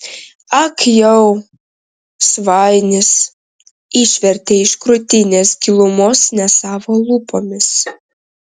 ag jau svainis išvertė iš krūtinės gilumos ne savo lūpomis